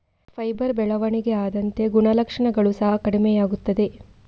fibre ಬೆಳವಣಿಗೆ ಆದಂತೆ ಗುಣಲಕ್ಷಣಗಳು ಸಹ ಕಡಿಮೆಯಾಗುತ್ತವೆ